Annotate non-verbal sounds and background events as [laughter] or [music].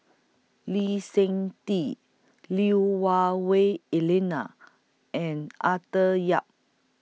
Lee Seng Tee Lui Hah [unintelligible] Elena and Arthur Yap